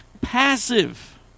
passive